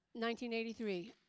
1983